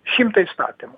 šimtą įstatymų